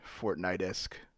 Fortnite-esque